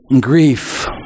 Grief